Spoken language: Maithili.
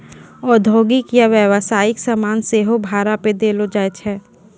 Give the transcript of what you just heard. औद्योगिक या व्यवसायिक समान सेहो भाड़ा पे देलो जाय छै